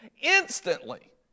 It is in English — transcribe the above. instantly